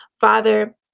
Father